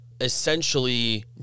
essentially